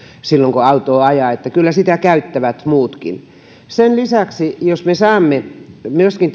silloin kun autoa ajaa että kyllä sitä käyttävät muutkin jos me saamme tekijänoikeusmaksuja myöskin